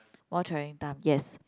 more travelling time yes